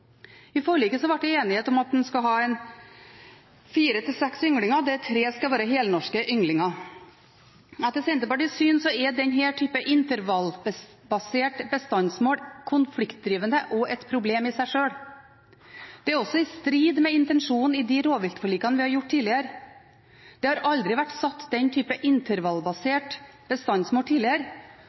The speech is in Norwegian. I forliket ble det enighet om at en skal ha fire til seks ynglinger, der tre skal være helnorske. Etter Senterpartiets syn er denne typen intervallbasert bestandsmål konfliktdrivende og et problem i seg sjøl. Det er også i strid med intensjonen i de rovviltforlikene vi har fått til tidligere. Det har aldri vært satt den type intervallbasert bestandsmål tidligere,